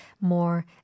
more